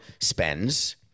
spends